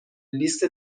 لیست